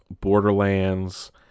Borderlands